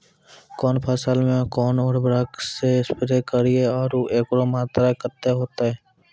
कौन फसल मे कोन उर्वरक से स्प्रे करिये आरु एकरो मात्रा कत्ते होते?